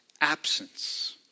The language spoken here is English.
absence